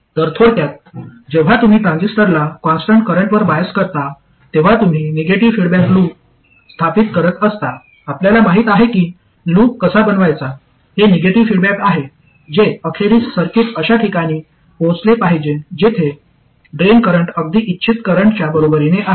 तर थोडक्यात जेव्हा तुम्ही ट्रान्झिस्टरला कॉन्स्टन्ट करंटवर बायस करता तेव्हा तुम्ही निगेटिव्ह फीडबॅक लूप स्थापित करत असता आपल्याला माहित आहे की लूप कसा बनवायचा हे निगेटिव्ह फीडबॅक आहे जे अखेरीस सर्किट अशा ठिकाणी पोचले पाहिजे जेथे ड्रेन करंट अगदी इच्छित करंटच्या बरोबरीने आहे